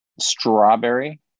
strawberry